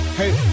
hey